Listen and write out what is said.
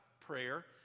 prayer